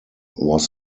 was